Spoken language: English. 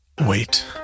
Wait